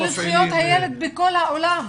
אלה זכויות הילד בכל העולם.